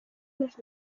las